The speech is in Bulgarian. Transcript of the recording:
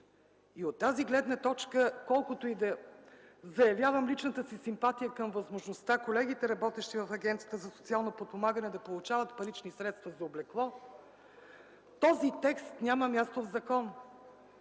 От тази гледна точка колкото и да заявявам личната ми симпатия към възможността работещите в Агенцията за социално подпомагане да получават парични средства за облекло, този текст няма място в закон.